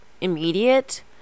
immediate